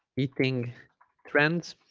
eating trends